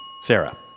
Sarah